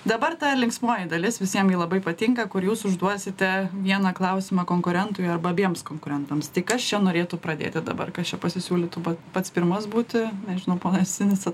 dabar ta linksmoji dalis visiem ji labai patinka kur jūs užduosite vieną klausimą konkurentui arba abiems konkurentams tai kas čia norėtų pradėti dabar kas čia pasisiūlytų pats pirmas būti nežinau ponas sinica